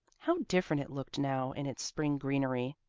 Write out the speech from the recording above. how different it looked now in its spring greenery!